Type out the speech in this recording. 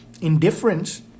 indifference